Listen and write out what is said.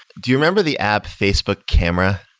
do you remember the app facebook camera?